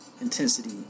intensity